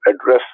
address